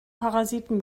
parasiten